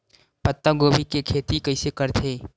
पत्तागोभी के खेती कइसे करथे?